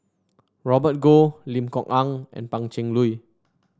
Robert Goh Lim Kok Ann and Pan Cheng Lui